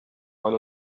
على